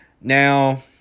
Now